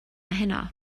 heno